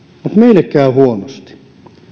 mutta meille käy huonosti